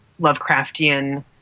Lovecraftian